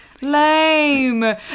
lame